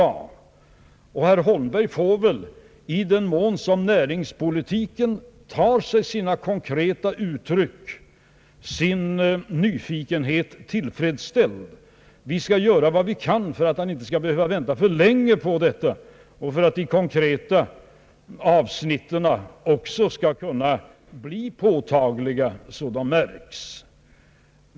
Herr Holmberg får väl i den mån som näringspolitiken tar sig konkreta uttryck sin nyfikenhet tillfredsställd. Vi skall göra vad vi kan för att han inte skall behöva vänta för länge på detta och för att de konkreta avsnitten skall kunna bli påtag liga så de märks.